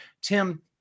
Tim